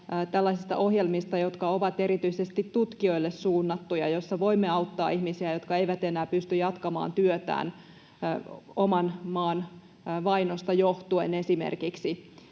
tällaisista ohjelmista, jotka ovat erityisesti tutkijoille suunnattuja ja joissa voimme auttaa ihmisiä, jotka eivät enää pysty jatkamaan työtään esimerkiksi oman maan vainosta johtuen.